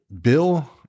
Bill